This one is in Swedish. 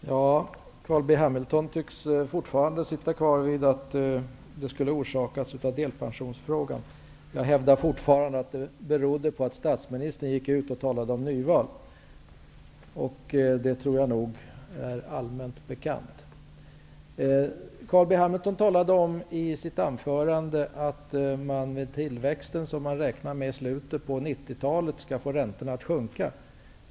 Herr talman! Carl B Hamilton tycks sitta kvar vid att räntehöjningen skulle ha orsakats av beslutet i delpensionsfrågan. Jag hävdar fortfarande att den berodde på att statsministern gick ut och talade om nyval. Det tror jag nog är allmänt bekant. Carl B Hamilton talade om i sitt anförande att tillväxten som man räknar med i slutet av 90-talet skall få räntorna att sjunka.